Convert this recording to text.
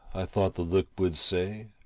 i thought the look would say,